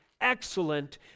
excellent